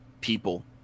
people